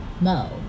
Mo